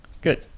good